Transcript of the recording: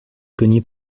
cogner